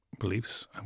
beliefs